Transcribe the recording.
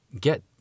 get